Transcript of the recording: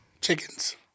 chickens